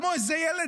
כמו איזה ילד,